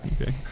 okay